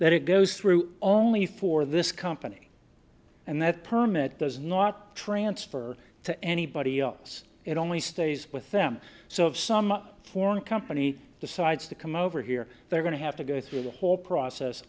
that it goes through only for this company and that permit does not transfer to anybody else and only stays with them so if some foreign company decides to come over here they're going to have to go through the whole process